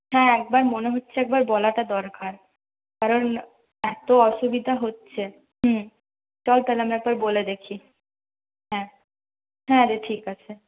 হ্যাঁ একবার মনে হচ্ছে একবার বলাটা দরকার কারন এতো অসুবিধা হচ্ছে হুম চল তাহলে একবার বলে দেখি হ্যাঁ হ্যাঁ রে ঠিক আছে